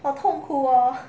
好痛苦哦